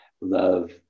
love